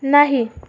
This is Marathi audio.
नाही